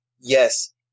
Yes